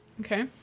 Okay